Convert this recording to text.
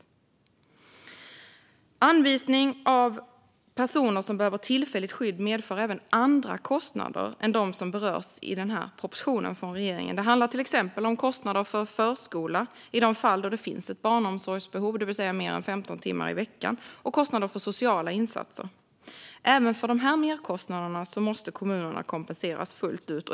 Åtgärder för en jämnare fördelning av boende för vissa skyddsbehövande Anvisning av personer som behöver tillfälligt skydd medför även andra kostnader än de som berörs i regeringens proposition. Det handlar exempelvis om kostnader för förskola i de fall då det finns ett barnomsorgsbehov, det vill säga mer än 15 timmar per vecka, och kostnader för sociala insatser. Även för dessa merkostnader måste kommunerna kompenseras fullt ut.